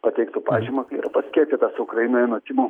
pateiktų pažymą paskiepytas ukrainoje nuo tymų